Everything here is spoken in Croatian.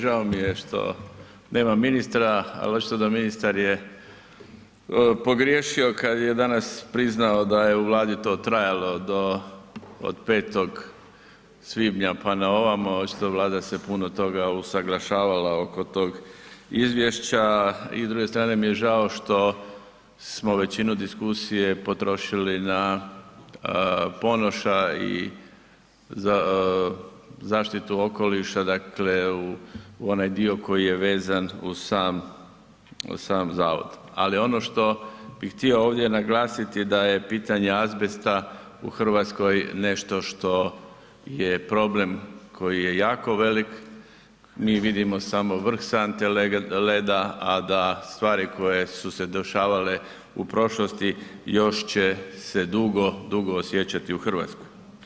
Žao mi je što nema ministra, ali očito da ministar je pogriješio kad je danas priznao da je u Vladi to trajalo do od 5. svibnja pa na ovamo, što Vlada se puno toga usuglašavala oko tog izvješća i s druge strane mi je žao što smo većinu diskusije potrošili na Ponoša i zaštitu okoliša, dakle u onaj dio koji je vezan uz sam ... ali ono što bih htio ovdje naglasiti da je pitanje ovog azbesta u Hrvatskoj nešto što je problem koji je jako velik, mi vidimo samo vrh sante leda, a da stvari koje su se dešavale u prošlosti, još će se dugo dugo osjećati u Hrvatskoj.